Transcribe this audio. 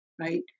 right